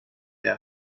der